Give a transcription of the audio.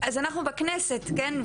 אנחנו בכנסת, כן?